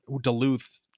Duluth